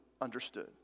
understood